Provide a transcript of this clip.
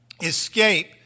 escape